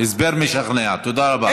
הסבר משכנע, תודה רבה.